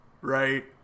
Right